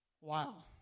Wow